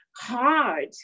hard